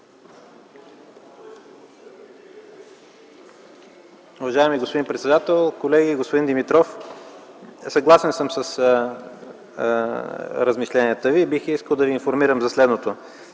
Уважаеми господин председател, колеги, господин Димитров! Съгласен съм с размишленията Ви. Бих искал да ви информирам за следното.